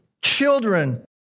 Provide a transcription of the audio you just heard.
children